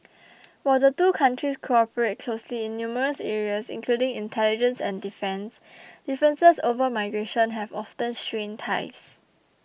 while the two countries cooperate closely in numerous areas including intelligence and defence differences over migration have often strained ties